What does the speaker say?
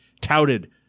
touted